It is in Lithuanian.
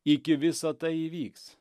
iki visa tai įvyks